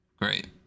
Great